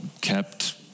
kept